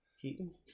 Keaton